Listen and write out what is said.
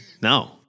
No